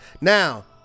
now